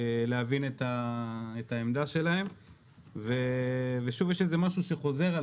להבין את העמדה שלהם ושוב יש איזה משהו שחוזר על